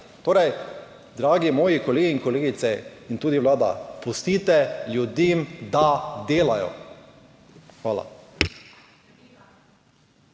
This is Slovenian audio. Torej, dragi moji kolegi in kolegice in tudi Vlada, pustite ljudem, da delajo! Hvala.